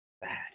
bad